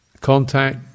contact